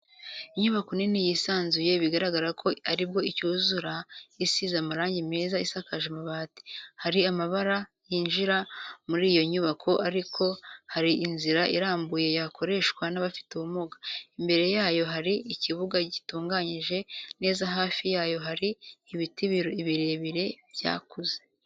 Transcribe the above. Inyubako nini yisanzuye bigaragara ko aribwo icyuzura, isize amarangi meza isakaje amabati, hari amabaraza yinjira muri iyo nyubako ariko hari n'inzira irambuye yakoreshwa n'abafite ubumuga, imbere yayo hari ikibuga gitunganyije neza hafi yayo hari ibiti birebire byakuze.